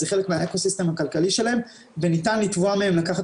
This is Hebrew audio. זה חלק מהאקוסיסטם הכלכלי שלהן וניתן לתבוע מהן לקחת